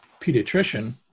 pediatrician